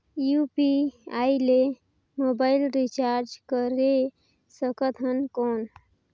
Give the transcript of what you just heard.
UPI ले mobile recharge करे सकथन कौन?